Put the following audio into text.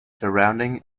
surrounding